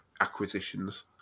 acquisitions